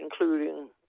including